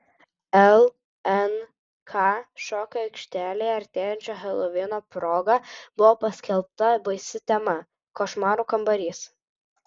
lnk šokių aikštelėje artėjančio helovino proga buvo paskelbta baisi tema košmarų kambarys